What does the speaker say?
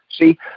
See